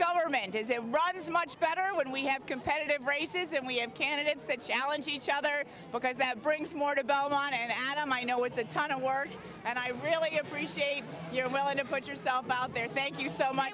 government is a right is much better when we have competitive races and we have candidates that challenge each other because that brings more to belmont and adam i know it's a ton of work and i really appreciate you're willing to put yourself out there thank you so much